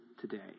today